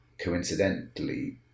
coincidentally